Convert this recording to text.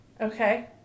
Okay